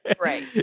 Right